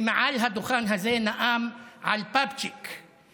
שמעל לדוכן הזה נאם על פפיצ'ק,